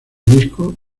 disco